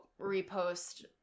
repost